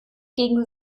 gegen